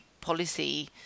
policy